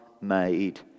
made